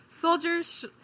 Soldier's